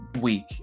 week